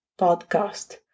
Podcast